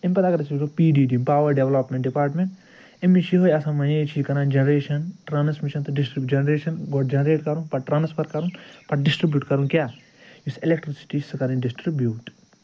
اَمہِ پتہٕ اگر أسۍ وُچھو P D D power development department اَمِچ چھِ یِہَے آسان منیج چھِ کَران جنریٚشن ٹرٛانسمِشن تہٕ ڈسٹرِک جنریشن گۄڈٕ جنریٹ کَرُن پتہٕ ٹرٛانسفر کَرُن پتہٕ ڈِسٹرِبیٛوٗٹ کَرُن کیٛاہ یُس ایلٮ۪کٹرٛسِٹی چھِ سۅ کَرٕنۍ ڈِسٹربیٛوٗٹ